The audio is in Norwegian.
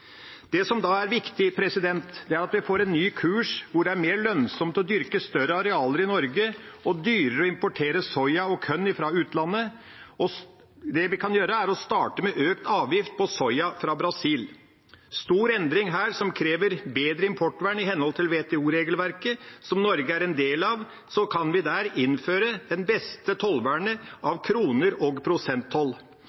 Det som da er viktig, er at vi får en ny kurs hvor det er mer lønnsomt å dyrke større arealer i Norge og dyrere å importere soya og korn fra utlandet. Det vi kan gjøre, er å starte med økt avgift på soya fra Brasil – med en stor endring, som krever bedre importvern i henhold til WTO-regelverket, som Norge er en del av, kan vi innføre det beste tollvernet